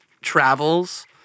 travels